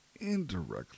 indirectly